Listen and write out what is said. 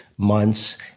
months